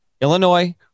Illinois